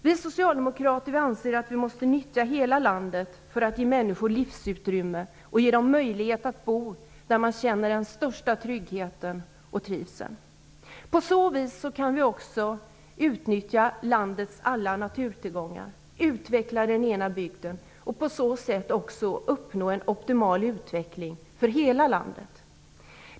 Vi socialdemokrater anser att vi måste nyttja hela landet för att ge människor livsutrymme och möjlighet att bo där de känner den största tryggheten och trivseln. På så vis kan vi också utnyttja landets alla naturtillgångar, utveckla den egna bygden och uppnå en optimal utveckling för hela landet.